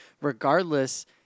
regardless